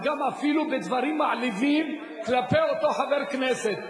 וגם אפילו בדברים מעליבים כלפי אותו חבר כנסת.